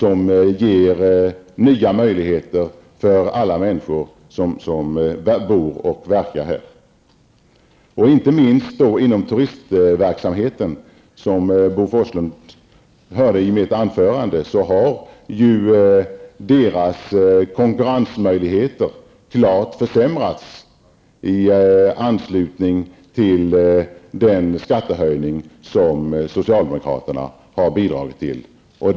Därigenom får alla människor som bor och verkar i Sverige nya möjligheter. Inte minst gäller detta turistverksamheten. Som jag sade i mitt anförande, Bo Forslund, har den här näringens konkurrensmöjligheter klart försämrats i anslutning till den skattehöjning som socialdemokraterna har bidragit till.